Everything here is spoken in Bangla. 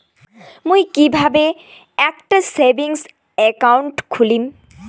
মুই কিভাবে একটা সেভিংস অ্যাকাউন্ট খুলিম?